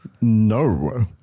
No